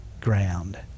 ground